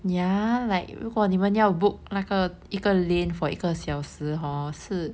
ya like 如果你们要 book 那个一个 lane for 一个小时 hor 是